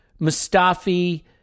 Mustafi